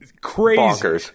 crazy